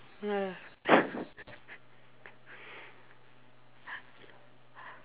ya